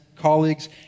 colleagues